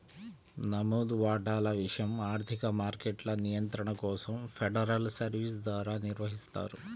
నమోదు వాటాల విషయం ఆర్థిక మార్కెట్ల నియంత్రణ కోసం ఫెడరల్ సర్వీస్ ద్వారా నిర్వహిస్తారు